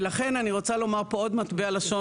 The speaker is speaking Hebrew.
לכן אני רוצה לומר פה עוד מטבע לשון